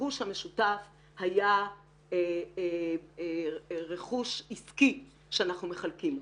הרכוש המשותף היה רכוש עסקי שאנחנו מחלקים אותו.